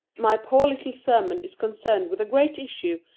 my poor little sermon is concerned with a great issue,